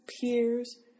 peers